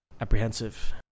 apprehensive